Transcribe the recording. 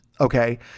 Okay